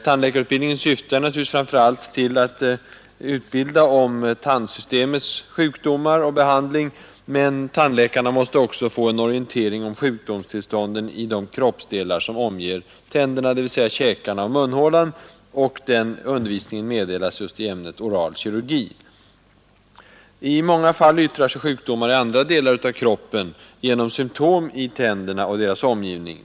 Tandläkarutbildningen syftar naturligtvis framför allt till undervisning om tandsystemets sjukdomar och deras behandling, men tand läkarna måste också få en orientering om sjukdomstillstånden i de kroppsdelar som omger tänderna, dvs. käkarna och munhålan, och den undervisningen meddelas just i ämnet oral kirurgi. I många fall yttrar sig sjukdomar i andra delar av kroppen genom symtom i tänderna och deras omgivning.